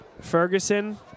Ferguson